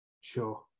Sure